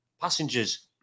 passengers